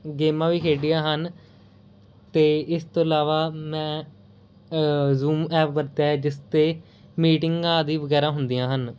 ਗੇਮਾਂ ਵੀ ਖੇਡੀਆਂ ਹਨ ਅਤੇ ਇਸ ਤੋਂ ਇਲਾਵਾ ਮੈਂ ਜ਼ੂਮ ਐਪ ਵਰਤਿਆ ਹੈ ਜਿਸ ਤੇ ਮੀਟਿੰਗ ਆਦਿ ਵਗੈਰਾ ਹੁੰਦੀਆਂ ਹਨ